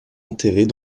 enterrés